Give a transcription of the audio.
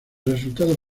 resultado